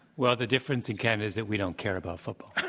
well, the difference in canada is that we don't care about football.